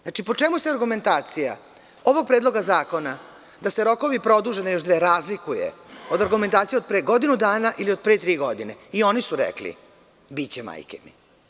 Znači, po čemu se argumentacija ovog predloga zakona da se rokovi produže na još na dve razlikuje od argumentacije od pre godinu dana ili od pre tri godine i oni su rekli – biće „majke mi“